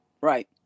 Right